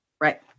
right